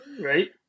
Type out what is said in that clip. Right